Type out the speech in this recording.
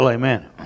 Amen